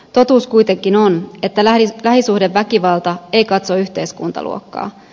totuus kuitenkin on että lähisuhdeväkivalta ei katso yhteiskuntaluokkaa